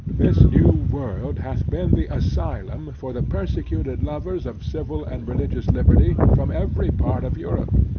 this new world hath been the asylum for the persecuted lovers of civil and religious liberty from every part of europe.